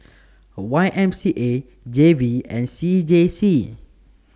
Y M C A G V and C J C